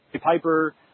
Piper –